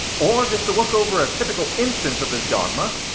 or just to look over a typical instance of this dogma,